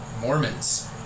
Mormons